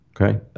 okay